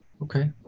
Okay